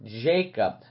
Jacob